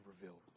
revealed